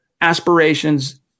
aspirations